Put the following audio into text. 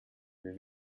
wir